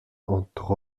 entre